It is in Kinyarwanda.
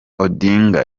odinga